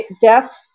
deaths